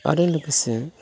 आरो लोगोसे